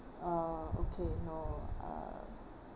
ah okay no uh